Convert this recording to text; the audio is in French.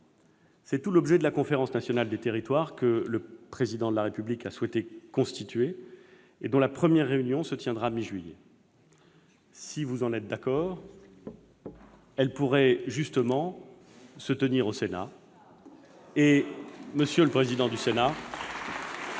C'est tout l'objet de la Conférence nationale des territoires que le Président de la République a souhaité constituer et dont la première réunion se tiendra mi-juillet. Si vous en êtes d'accord, celle-ci pourrait justement se tenir au Sénat. Ah ! M. le président du Sénat